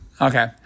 Okay